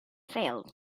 failed